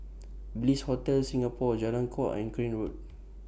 Bliss Hotel Singapore Jalan Kuak and Crane Road